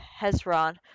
Hezron